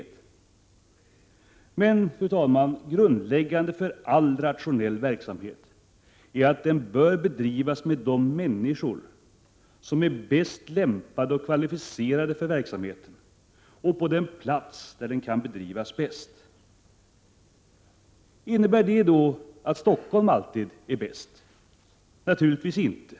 16 december 1987 Fru talman! Grundläggande för all rationell verksamhet är att den bedrivs == Jm rr med de människor som är bäst lämpade och kvalificerade för verksamheten i fråga och på den plats där verksamheten bäst kan bedrivas. Innebär det att Stockholm alltid är bäst? Naturligtvis inte.